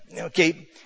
Okay